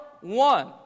one